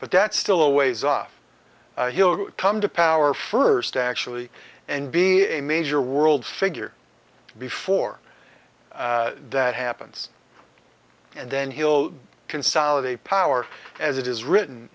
but that's still a ways off come to power first actually and be a major world figure before that happens and then he'll consolidate power as it is written